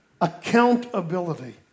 Accountability